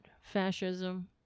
fascism